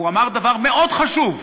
הוא אמר דבר מאוד חשוב,